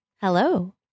Hello